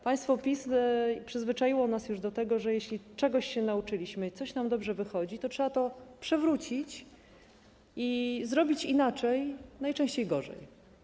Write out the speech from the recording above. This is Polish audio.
Państwo PiS przyzwyczaiło nas już do tego, że jeśli czegoś się nauczyliśmy i coś nam dobrze wychodzi, to trzeba to przewrócić i zrobić inaczej, najczęściej gorzej.